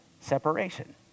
separation